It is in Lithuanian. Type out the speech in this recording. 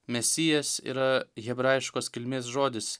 mesijas yra hebrajiškos kilmės žodis